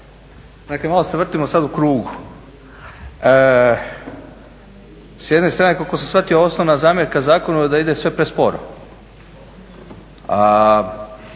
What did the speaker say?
Dakle malo se vrtimo sada u krug. S jedne strane koliko sam shvatio osnovna zamjerka zakona je da sve ide sporo,